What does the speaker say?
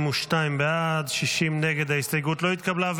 52 בעד, 60 נגד, ההסתייגות לא התקבלה.